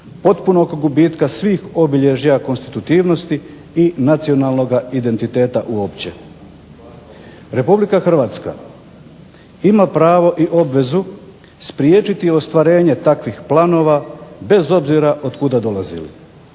potpunog gubitka svih obilježja konstitutivnosti i nacionalnoga identiteta uopće. Republika Hrvatska ima pravo i obvezu spriječiti ostvarenje takvih planova bez obzira otkuda dolazili.